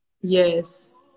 Yes